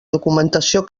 documentació